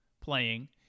playing